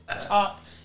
top